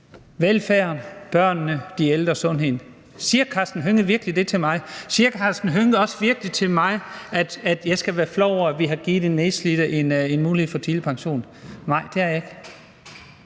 velfærd, børnene, de ældre, sundhed? Siger Karsten Hønge virkelig det til mig? Siger Karsten Hønge også virkelig til mig, at jeg skal være flov over, at vi har givet de nedslidte en mulighed for tidlig pension? Nej, det er jeg ikke.